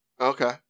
Okay